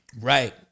Right